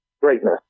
greatness